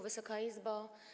Wysoka Izbo!